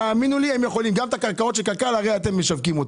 גם את הקרקעות של קק"ל אתם משווקים.